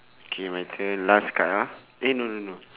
K my turn last card ah eh no no no